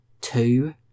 two